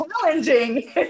challenging